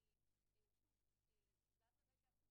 אודה שאני בעניינים.